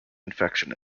infection